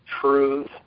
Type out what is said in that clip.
truth